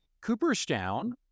Cooperstown